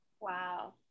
Wow